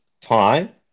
time